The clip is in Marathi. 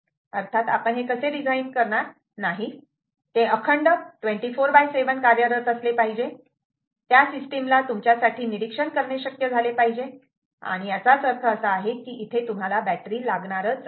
अर्थात आपण असे डिझाइन करणार नाही ते अखंड 24 7 कार्यरत असले पाहिजे त्या सिस्टीमला तुमच्यासाठी निरीक्षण करणे शक्य झाले पाहिजे आणि याचाच अर्थ असा आहे की तुम्हाला बॅटरी लागणारच आहे